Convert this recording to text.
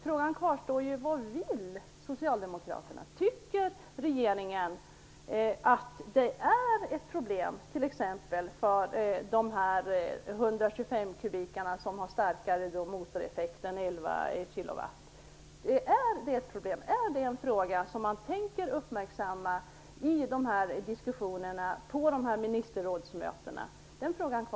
Frågan kvarstår dock: Vad vill socialdemokraterna? Tycker regeringen att det är ett problem med exempelvis dessa 125-kubikare som har starkare motoreffekt än 11 kilowatt. Är det en fråga som man tänker uppmärksamma i diskussionerna på minsterrådsmötena?